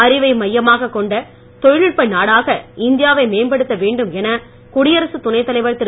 அறிவை மையமாக கொண்ட தொழில்நுட்ப நாடாக இந்தியாவை மேம்படுத்த வேண்டும் என குடியரசுத் துணைத் தலைவர்திரு